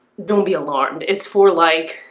don't be alarmed. it's for like,